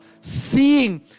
seeing